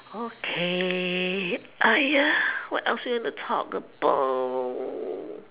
okay ya what else you want to talk about